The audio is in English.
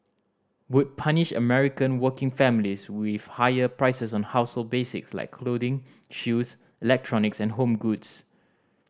would punish American working families with higher prices on household basics like clothing shoes electronics and home goods